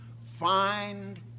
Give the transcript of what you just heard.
find